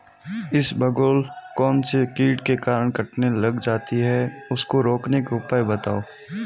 इसबगोल कौनसे कीट के कारण कटने लग जाती है उसको रोकने के उपाय बताओ?